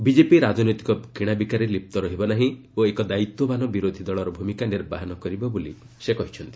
BJP ରାଜନୈତିକ କିଶାବିକାରେ ଲିପ୍ତ ରହିବ ନାହିଁ ଓ ଏକ ଦାୟିତ୍ୱବାନ ବିରୋଧୀ ଦଳର ଭୂମିକା ନିର୍ବାହନ କରିବ ବୋଲି ସେ କହିଛନ୍ତି